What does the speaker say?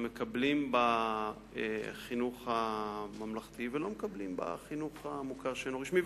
מקבלים בחינוך הממלכתי ולא מקבלים בחינוך המוכר שאינו רשמי,